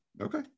Okay